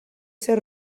ser